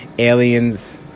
aliens